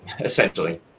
essentially